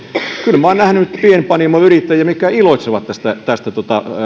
kyllä minä olen nähnyt pienpanimoyrittäjiä jotka iloitsevat tästä tästä